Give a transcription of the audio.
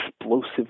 explosive